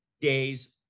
days